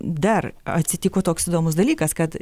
dar atsitiko toks įdomus dalykas kad